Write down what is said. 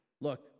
Look